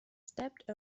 stepped